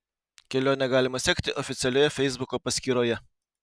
kelionę galima sekti oficialioje feisbuko paskyroje